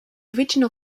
original